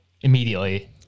immediately